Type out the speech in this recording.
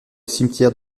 cimetière